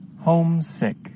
Homesick